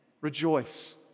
Rejoice